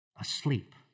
asleep